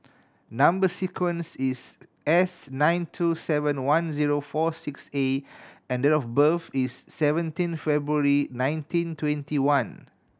number sequence is S nine two seven one zero four six A and date of birth is seventeen February nineteen twenty one